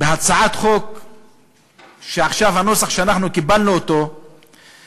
בהצעת חוק שקיבלנו את הנוסח שלה עכשיו,